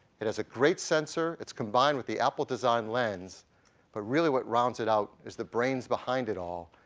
it has a great sensor. it's combined with the apple design lens but really what rounds it out is the brains behind it all,